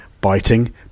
biting